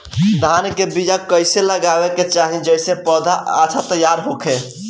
धान के बीया कइसे लगावे के चाही जेसे पौधा अच्छा तैयार होखे?